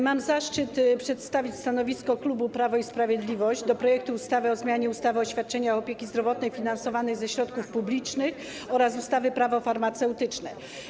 Mam zaszczyt przedstawić stanowisko klubu Prawo i Sprawiedliwość wobec projektu ustawy o zmianie ustawy o świadczeniach opieki zdrowotnej finansowanych ze środków publicznych oraz ustawy - Prawo farmaceutyczne.